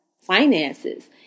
finances